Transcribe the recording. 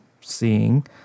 seeing